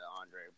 andre